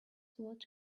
what